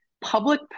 Public